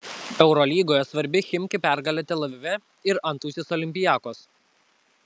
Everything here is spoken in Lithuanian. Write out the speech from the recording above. eurolygoje svarbi chimki pergalė tel avive ir antausis olympiakos